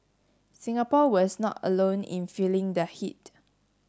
Singapore was not alone in feeling the heat